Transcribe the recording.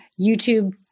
YouTube